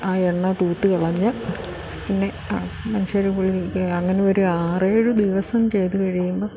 ആ എണ്ണ തൂത്ത് കളഞ്ഞു പിന്നെ മനുഷ്യർ കുളിക്കുക അങ്ങനെ ഒരു ആറ് ഏഴ് ദിവസം ചെയ്തു കഴിയുമ്പം